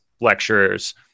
lecturers